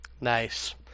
Nice